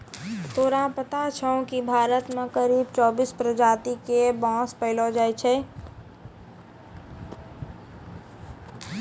तोरा पता छौं कि भारत मॅ करीब चौबीस प्रजाति के बांस पैलो जाय छै